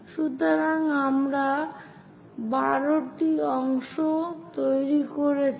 সুতরাং আমরা 12 টি অংশ তৈরি করেছি